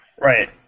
Right